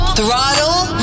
Throttle